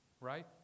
right